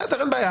בסדר, אין בעיה.